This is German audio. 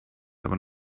aber